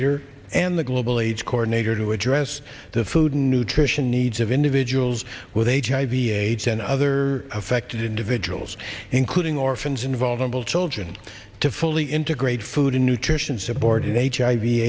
rator and the global aids coordinator to address the food and nutrition needs of individuals with hiv aids and other affected individuals including orphans and vulnerable children to fully integrate food and nutrition subordinate h